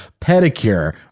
pedicure